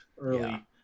early